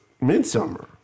Midsummer